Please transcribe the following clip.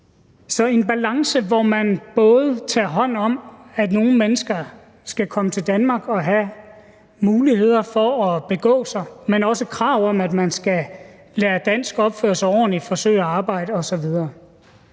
En balance, hvor man både tager hånd om, at nogle mennesker skal komme til Danmark og have muligheder for at begå sig, men også krav om, at man skal lære dansk og opføre sig ordentligt, forsøge at arbejde osv.,